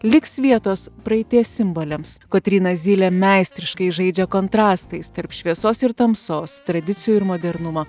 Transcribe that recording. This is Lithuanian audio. liks vietos praeities simboliams kotryna zylė meistriškai žaidžia kontrastais tarp šviesos ir tamsos tradicijų ir modernumo